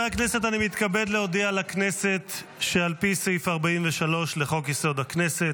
אני מתכבד להודיע לכנסת שעל פי סעיף 43 לחוק-יסוד: הכנסת,